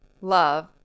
love